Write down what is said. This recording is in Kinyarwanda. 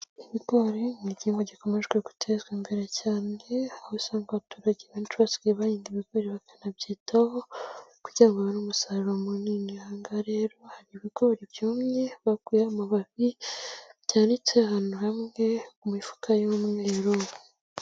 Ibigori ni igihingwa gikomeje gutezwa imbere cyane, aho usanga abaturage benshi basigaye bahinga ibigori bakanabyitaho kugira ngo babona umusaruro munini, ahangaha rero hari ibigori byumye bakuyeho amababi, biteretse ahantu hamwe mu mifuka y'umweru.